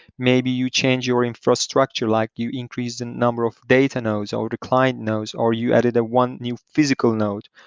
maybe you change your infrastructure, like you increase the and number of data nodes, or the client nodes, or you added ah one new physical node,